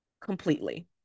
completely